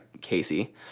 Casey